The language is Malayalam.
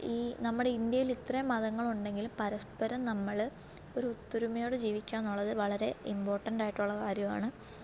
ഈ നമ്മുടെ ഇന്ത്യയിൽ ഇത്രയും മതങ്ങളുണ്ടെങ്കിലും പരസ്പരം നമ്മൾ ഒരു ഒത്തൊരുമയോടെ ജീവിക്കുക എന്നുള്ളത് വളരെ ഇമ്പോർട്ടന്റ് ആയിട്ടുള്ള കാര്യമാണ്